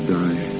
die